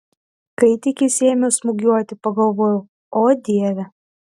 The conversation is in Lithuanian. kai tik jis ėmė smūgiuoti pagalvojau o dieve